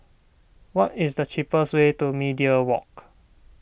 what is the cheapest way to Media Walk